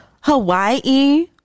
Hawaii